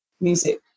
music